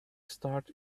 start